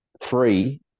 three